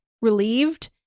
relieved